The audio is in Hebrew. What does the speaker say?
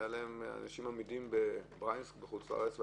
אנשים עמידים בבריינסק בחוץ-לארץ,